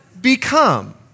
become